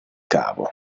cavo